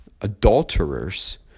adulterers